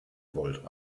volt